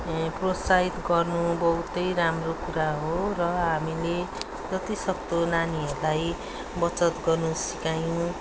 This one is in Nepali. प्रोसाहित गर्नु बहुतै राम्रो कुरा हो र हामीले जति सक्दो नानीहरूलाई बचत गर्नु सिकायौँ